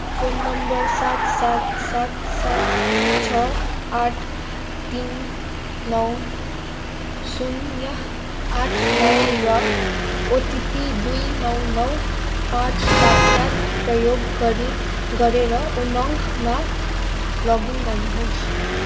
phone नम्बर सात सात सात सात छ आठ तिन नौ शून्य आठ नौ र ओटिपी दिई नौ नौ पाँच सात सात प्रयोग गरी गरेर उमङमा लगइन गर्नुहोस्